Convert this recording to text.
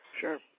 Sure